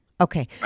Okay